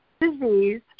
disease